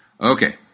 Okay